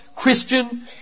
Christian